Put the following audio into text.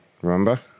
Remember